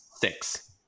six